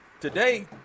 Today